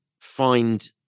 find